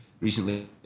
recently